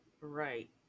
right